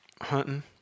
Hunting